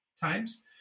times